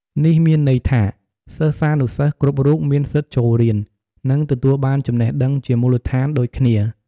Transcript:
នេះមានន័យថា សិស្សានុសិស្សគ្រប់រូបមានសិទ្ធិចូលរៀន និងទទួលបានចំណេះដឹងជាមូលដ្ឋានដូចគ្នា។